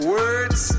words